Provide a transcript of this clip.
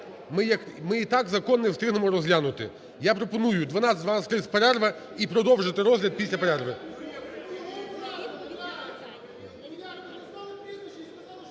Ми і так закон не встигнемо розглянути. Я пропоную 12-12:30 перерва і продовжити розгляд після перерви.